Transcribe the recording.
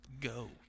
go